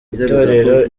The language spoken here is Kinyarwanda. itorero